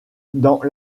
dans